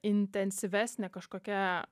intensyvesnė kažkokia